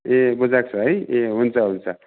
ए बुझाएको छ है ए हुन्छ हुन्छ